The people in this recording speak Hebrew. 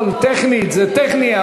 זה טכני.